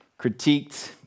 critiqued